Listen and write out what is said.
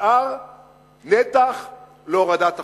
נשאר נתח להורדת החוב.